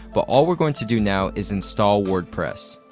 but all we're going to do now is install wordpress.